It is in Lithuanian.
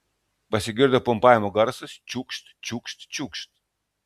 pasigirdo pumpavimo garsas čiūkšt čiūkšt čiūkšt